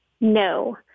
No